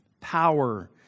power